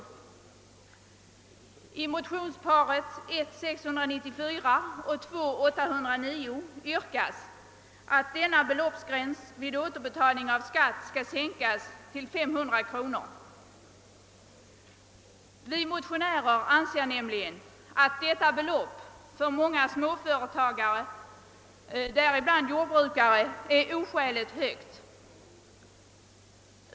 Vi motionärer anser nämligen att beloppet 1000 kronor för många småföretagare, däribland jordbrukare, är oskäligt högt.